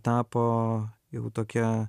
tapo jau tokia